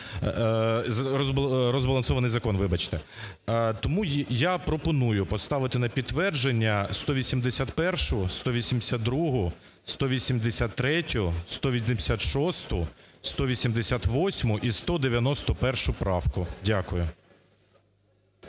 Тому я пропоную поставити на підтвердження 181-у, 182-у, 183-ю, 186-у, 188-у і 191-у правку. Дякую.